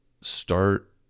start